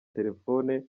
telefone